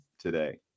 today